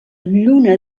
lluna